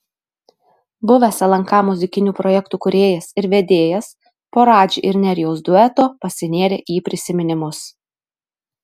buvęs lnk muzikinių projektų kūrėjas ir vedėjas po radži ir nerijaus dueto pasinėrė į prisiminimus